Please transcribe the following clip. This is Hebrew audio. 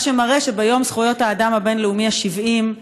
מה שמראה שביום זכויות האדם הבין-לאומי ה-70,